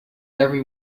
every